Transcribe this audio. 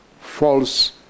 false